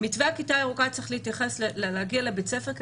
מתווה כיתה ירוקה צריך להתייחס להגעה לבית הספר כי